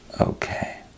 Okay